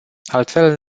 altfel